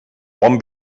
bon